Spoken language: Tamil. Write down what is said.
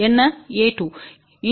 என்ன a1